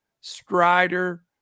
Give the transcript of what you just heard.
Strider